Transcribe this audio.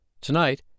Tonight